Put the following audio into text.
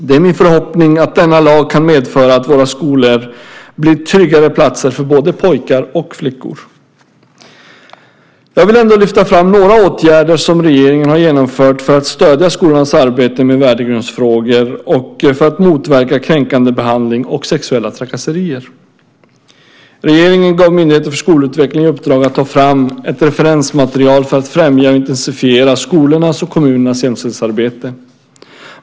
Det är min förhoppning att denna lag kan medföra att våra skolor blir tryggare platser för både pojkar och flickor. Jag vill även lyfta fram några andra åtgärder som regeringen har genomfört för att stödja skolornas arbete med värdegrundsfrågor och för att motverka kränkande behandling och sexuella trakasserier. Regeringen gav Myndigheten för skolutveckling i uppdrag att ta fram ett referensmaterial för att främja och intensifiera skolornas och kommunernas jämställdhetsarbete.